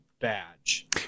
badge